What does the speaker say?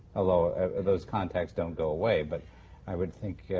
although those contacts don't go away. but i would think, yeah